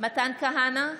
מתן כהנא,